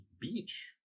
beach